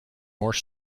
more